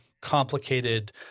complicated